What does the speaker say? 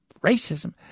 Racism